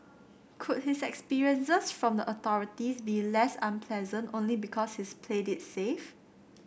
could his experiences from the authorities be less unpleasant only because he's played it safe